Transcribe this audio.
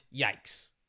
yikes